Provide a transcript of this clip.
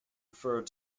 referred